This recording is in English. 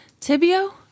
Tibio